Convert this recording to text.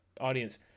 audience